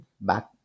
back